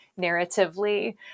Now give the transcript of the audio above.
narratively